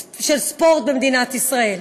של ספורט במדינת ישראל.